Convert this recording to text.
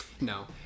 No